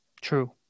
True